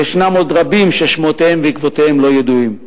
וישנם עוד רבים ששמותיהם ועקבותיהם לא ידועים.